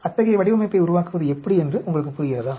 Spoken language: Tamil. அத்தகைய வடிவமைப்பை உருவாக்குவது எப்படி என்று உங்களுக்கு புரிகிறதா